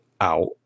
out